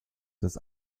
des